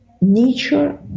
nature